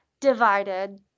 divided